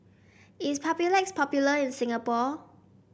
is Papulex popular in Singapore